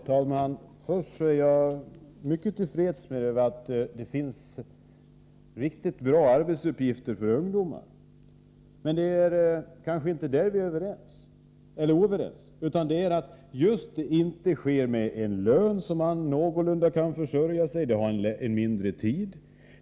Herr talman! Först vill jag säga att jag är mycket till freds med att det finns riktigt bra arbetsuppgifter för ungdomar. Det kanske inte är där som vi inte är överens, utan vad vi vänder oss mot är att det inte utgår en lön som man kan försörja sig på någorlunda väl. Man arbetar ju mindre tid.